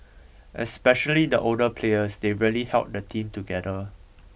especially the older players they really held the team together